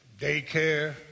Daycare